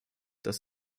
dass